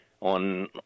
on